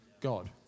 God